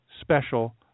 special